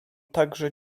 także